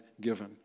given